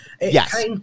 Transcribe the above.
Yes